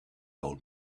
old